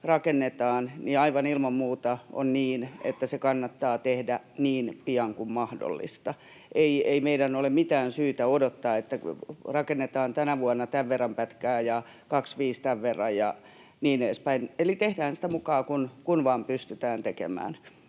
rakennetaan, niin aivan ilman muuta on niin, että se kannattaa tehdä niin pian kuin mahdollista. Ei meidän ole mitään syytä odottaa, että rakennetaan tänä vuonna tämän verran pätkää ja 2025 tämän verran ja niin edespäin, eli tehdään sitä mukaa kuin vaan pystytään tekemään.